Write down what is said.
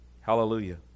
Hallelujah